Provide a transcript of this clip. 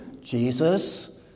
Jesus